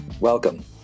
welcome